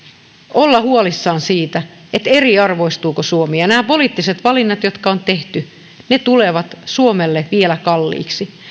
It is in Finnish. olla huolissaan siitä eriarvoistuuko suomi ja nämä poliittiset valinnat jotka on tehty tulevat suomelle vielä kalliiksi